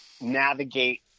navigate